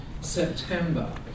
September